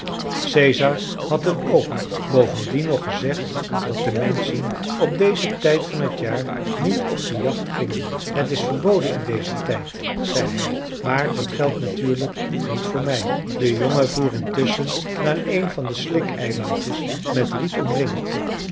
caesar had hem ook bovendien nog gezegd dat de menschen op dezen tijd van het jaar niet op de jacht gingen het is verboden in dezen tijd zei hij maar dat geldt natuurlijk niet voor mij de jongen voer intusschen naar een van de slik eilandjes met riet omringd